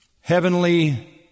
heavenly